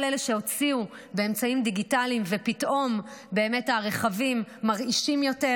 כל אלה שהוציאו באמצעים דיגיטליים ופתאום באמת הרכבים מרעישים יותר,